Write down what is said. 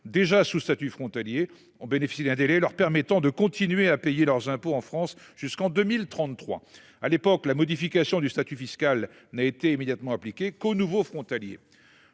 déjà sous statut frontaliers ont bénéficié d'un délai leur permettant de continuer à payer leurs impôts en France jusqu'en 2033. À l'époque la modification du statut fiscal n'a été immédiatement appliquée qu'aux nouveaux frontaliers.